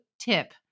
tip